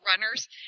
runners